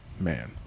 Man